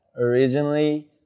Originally